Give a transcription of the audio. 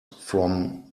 from